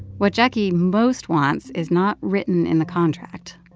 what jacquie most wants is not written in the contract.